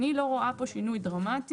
אני לא רואה פה שינוי דרמטי.